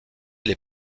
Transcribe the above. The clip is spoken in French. les